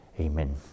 Amen